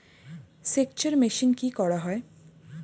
সেকচার মেশিন কি করা হয়?